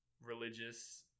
religious